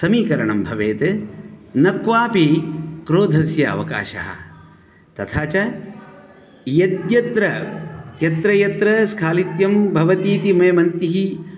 समीकरणं भवेत् न क्वापि क्रोधस्य अवकाशः तथा च यद्यत्र यत्र यत्र स्खालित्यं भवति इति मे मतिः